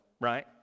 right